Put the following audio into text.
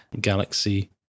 Galaxy